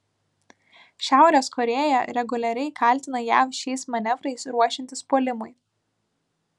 šiaurės korėja reguliariai kaltina jav šiais manevrais ruošiantis puolimui